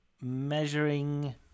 measuring